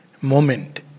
Moment